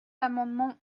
l’amendement